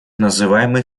называемый